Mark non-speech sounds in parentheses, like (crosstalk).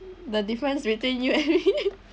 the difference between you and me (laughs)